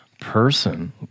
person